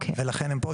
לכן הם פה.